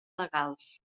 legals